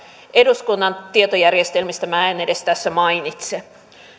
eduskunnan tietojärjestelmistä minä en tässä edes mainitse